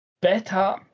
better